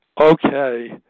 okay